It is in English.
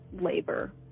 labor